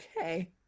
okay